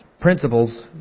principles